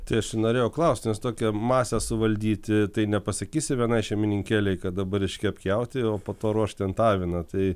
tai aš ir norėjau klausti nes tokią masę suvaldyti tai nepasakysi vienai šeimininkėlei kad dabar iškepk jautį o po to ruošk ten tą aviną tai